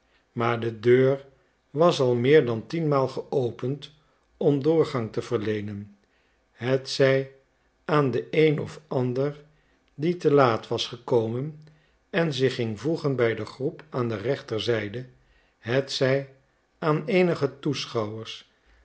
maar de deur was al meer dan tienmaal geopend om doorgang te verleenen hetzij aan den een of ander die te laat was gekomen en zich ging voegen bij de groep aan de rechter zijde hetzij aan eenige toeschouwers